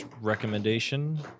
recommendation